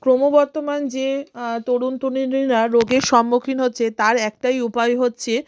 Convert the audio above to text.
ক্রমবর্ধমান যে তরুণ রোগের সম্মুখীন হচ্ছে তার একটাই উপায় হচ্ছে